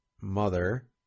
mother